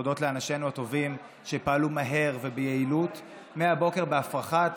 הודות לאנשינו הטובים שפעלו מהר וביעילות מהבוקר בהפרכת